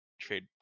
trade